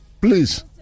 Please